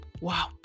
Wow